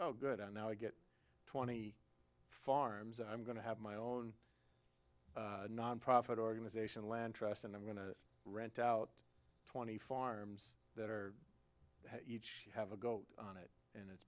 oh good i now i get twenty farms i'm going to have my own nonprofit organization land trust and i'm going to rent out twenty farms that are each have a go on it and it's